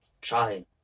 trying